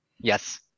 Yes